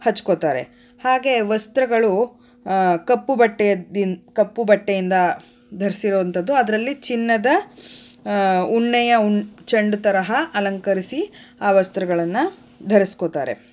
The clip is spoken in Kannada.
ಹಚ್ಕೋತಾರೆ ಹಾಗೇ ವಸ್ತ್ರಗಳು ಕಪ್ಪು ಬಟ್ಟೆಯ ದಿನ ಕಪ್ಪು ಬಟ್ಟೆಯಿಂದ ಧರಿಸಿರೋವಂಥದ್ದು ಅದರಲ್ಲಿ ಚಿನ್ನದ ಉಣ್ಣೆಯ ಉನ್ ಚೆಂಡು ತರಹ ಅಲಂಕರಿಸಿ ಆ ವಸ್ತ್ರಗಳನ್ನು ಧರಿಸ್ಕೊತಾರೆ